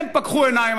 הם פקחו עיניים,